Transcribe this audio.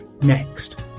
Next